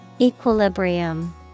Equilibrium